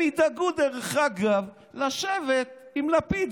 הם ידאגו לשבת עם לפיד,